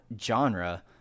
genre